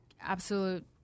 Absolute